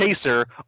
chaser